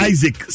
Isaac